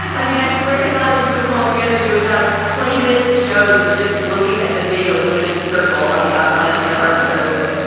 i mean, i swear to god, if you put them all you would have twenty minutes of show that is just looking at the big aluminum circle on the outside of the apartment building.